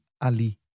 Ali